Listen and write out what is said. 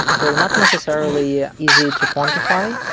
they're not necessarily ah easy to quantify,